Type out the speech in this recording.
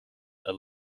are